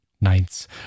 Nights